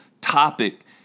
topic